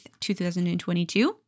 2022